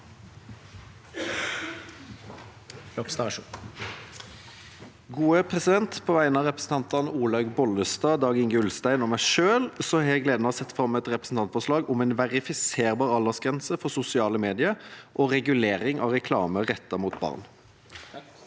På vegne av representantene Olaug Vervik Bollestad, Dag-Inge Ulstein og meg selv har jeg gleden av å sette fram et representantforslag om en verifiserbar aldersgrense for sosiale medier og regulering av reklame rettet mot barn.